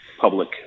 public